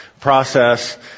process